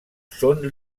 són